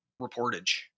reportage